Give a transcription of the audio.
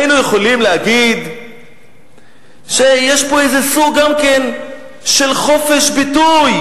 היינו יכולים להגיד שיש פה איזה סוג גם כן של חופש ביטוי.